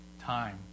Time